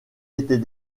était